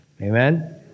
Amen